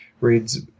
reads